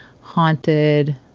haunted